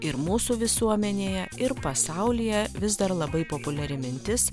ir mūsų visuomenėje ir pasaulyje vis dar labai populiari mintis